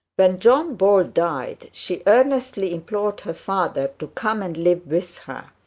when john bold died, she earnestly implored her father to come and live with her,